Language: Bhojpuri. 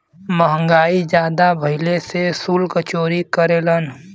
महंगाई जादा भइले से सुल्क चोरी करेलन